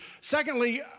Secondly